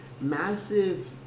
massive